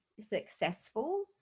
successful